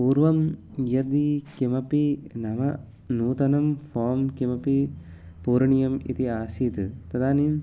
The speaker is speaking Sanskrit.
पूर्वं यदि किमपि नाम नूतनं फ़ाम् किमपि पूरणीयम् इति आसीत् तदानीं